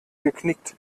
geknickt